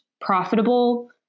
profitable